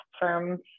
firms